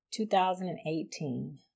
2018